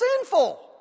sinful